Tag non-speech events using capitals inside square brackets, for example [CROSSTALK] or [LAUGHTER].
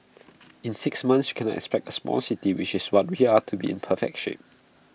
[NOISE] in six months you cannot expect A small city which is what we are to be in perfect shape